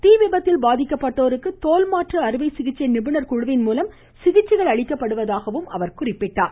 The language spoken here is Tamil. தீ விபத்தில் பாதிக்கப்பட்டோருக்கு தோல் மாற்று அறுவை சிகிச்சை நிபுணர் குழுவின் மூலம் சிகிச்சைகள் அளிக்கப்படுவதாக அவர் கூறினார்